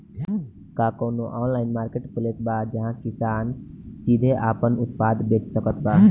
का कउनों online marketplace बा जहां किसान सीधे आपन उत्पाद बेच सकत बा?